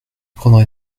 prendrai